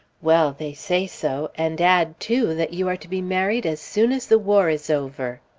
well! they say so, and add, too, that you are to be married as soon as the war is over.